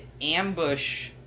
ambush